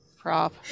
prop